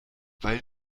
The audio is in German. weil